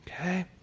Okay